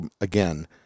again